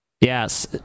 Yes